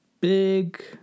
big